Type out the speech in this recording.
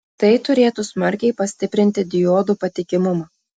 tai turėtų smarkiai pastiprinti diodų patikimumą